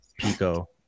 Pico